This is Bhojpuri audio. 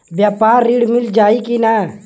व्यापारी ऋण मिल जाई कि ना?